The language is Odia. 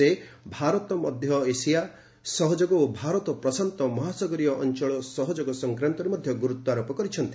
ସେ ଭାରତ ମଧ୍ୟ ଏସିଆ ସହଯୋଗ ଓ ଭାରତ ପ୍ରଶାନ୍ତ ମହାସାଗରୀୟ ଅଞ୍ଚଳ ସହଯୋଗ ସଂକ୍ରାନ୍ତରେ ମଧ୍ୟ ଗୁରୁତ୍ୱାରୋପ କରିଛନ୍ତି